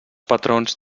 patrons